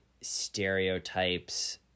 stereotypes